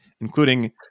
including